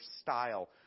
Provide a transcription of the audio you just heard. style